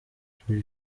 ishuri